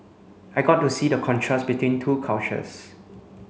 I got to see the contrast between two cultures